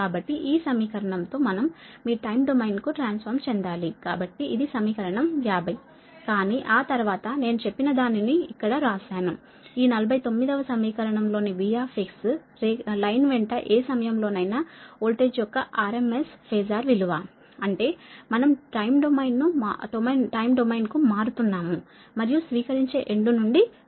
కాబట్టి ఈ సమీకరణం తో మనం మీ టైమ్ డొమైన్ కు ట్రాన్సఫామ్ చెందాలి కాబట్టి ఇది సమీకరణం 50 కానీ ఆ తర్వాత నేను చెప్పినదానిని నేను ఇక్కడ వ్రాశాను ఈ 49 వ సమీకరణం లోని V లైన్ వెంట ఏ సమయంలోనైనా వోల్టేజ్ యొక్క RMS ఫెజార్ విలువ అంటే మనం టైమ్ డొమైన్ కు మారుతున్నాము మరియు స్వీకరించే ఎండ్ నుండి కొలుస్తారు